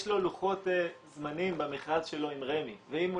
יש לו לוחות זמנים במכרז שלו עם רמ"י ואם הוא